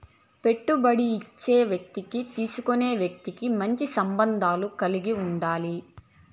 పెట్టుబడి ఇచ్చే వ్యక్తికి తీసుకునే వ్యక్తి మంచి సంబంధాలు కలిగి ఉండాలి